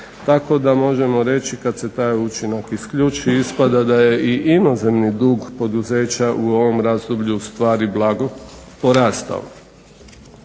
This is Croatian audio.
Tako da možemo reći kad se taj učinak isključi ispada da je i inozemni dug pod poduzeća u ovom razdoblju u stvari blago porastao.